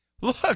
Look